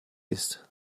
ist